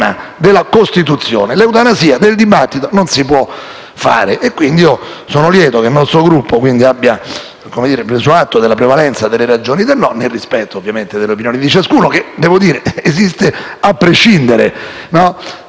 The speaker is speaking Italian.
della Costituzione. L'eutanasia del dibattito non si può fare. Sono quindi lieto che il nostro Gruppo abbia preso atto della prevalenza delle ragioni del no, nel rispetto delle opinioni di ciascuno, che esiste a prescindere.